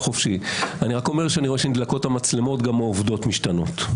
שכאשר נדלקות המצלמות העובדות גם משתנות.